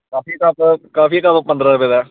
coffee दा cup पंदरां रपे दा ऐ